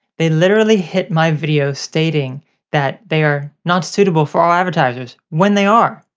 they literally hit my videos stating that they are not suitable for all advertisers when they are.